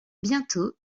bientôt